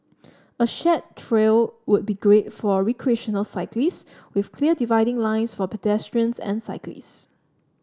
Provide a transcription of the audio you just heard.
a shared trail would be great for recreational cyclists with clear dividing lines for pedestrians and cyclists